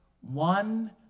One